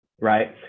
Right